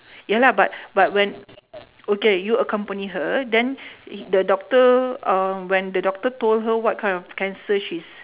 ya lah but but when okay you accompany her then the doctor uh when the doctor told her what kind of cancer she's